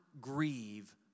grieve